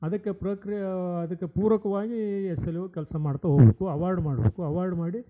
ಅದಕ್ಕೆ ಪ್ರಕ್ರಿಯೆ ಅದಕ್ಕೆ ಪೂರಕವಾಗೀ ಎಸ್ ಎಲ್ ಓ ಕೆಲಸ ಮಾಡ್ತಾ ಹೋಬೇಕು ಅವಾರ್ಡ್ ಮಾಡಬೇಕು ಅವಾರ್ಡ್ ಮಾಡಿ